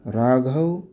Raghav